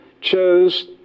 chose